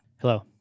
Hello